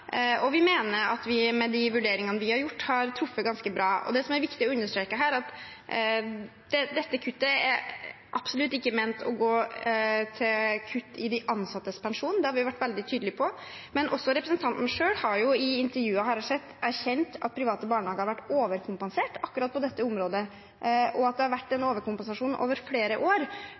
Vi mener at vi med de vurderingene vi har gjort, har truffet ganske bra. Det som er viktig å understreke her, er at dette kuttet absolutt ikke er ment å gå til kutt i de ansattes pensjon. Det har vi vært veldig tydelige på. Men også representanten selv har jo i intervjuer, har jeg sett, erkjent at private barnehager har vært overkompensert på akkurat dette området, og at det har vært en overkompensasjon over flere år.